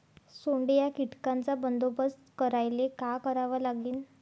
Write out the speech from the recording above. सोंडे या कीटकांचा बंदोबस्त करायले का करावं लागीन?